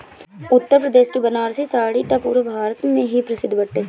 उत्तरप्रदेश के बनारसी साड़ी त पुरा भारत में ही प्रसिद्ध बाटे